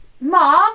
Mom